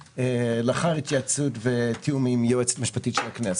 לאחר התייעצות ותיאום עם היועצת המשפטית של הכנסת.